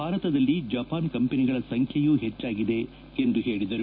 ಭಾರತದಲ್ಲಿ ಜಪಾನ್ ಕಂಪನಿಗಳ ಸಂಖ್ಲೆಯೂ ಹೆಚ್ಚಾಗಿದೆ ಎಂದು ಹೇಳಿದರು